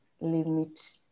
limit